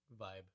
vibe